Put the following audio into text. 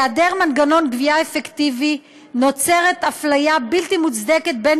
בהיעדר מנגנון גבייה אפקטיבי נוצרת אפליה בלתי מוצדקת בין